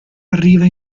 arriva